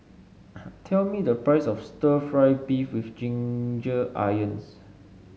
tell me the price of stir fry beef with Ginger Onions